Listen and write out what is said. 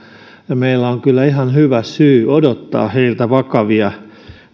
meillä on kyllä ihan hyvä syy odottaa heiltä vakavia